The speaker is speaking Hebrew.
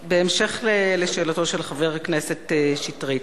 סגן השר, בהמשך לשאלתו של חבר הכנסת שטרית,